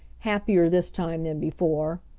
happier this time than before.